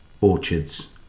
orchards